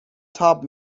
تاب